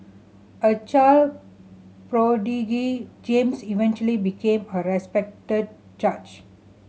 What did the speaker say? a child prodigy James eventually became a respected judge